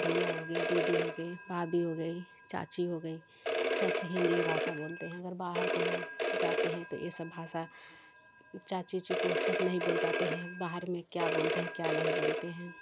भैया हो गए दीदी हो गए भाभी हो गई चाची हो गई सबसे हिंदी भाषा बोलते हैं अगर बाहर कहीं जाते हैं तो ये सब भाषा चाची उची को सब नहीं बोल पाते हैं बाहर में क्या बोलते हैं क्या नहीं बोलते हैं